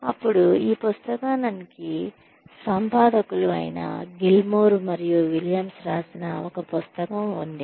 అప్పుడు ఈ పుస్తకానికి సంపాదకులు అయిన గిల్మోర్ మరియు విలియమ్స్ రాసిన ఒక పుస్తకం ఉంది